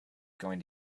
going